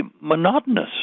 monotonous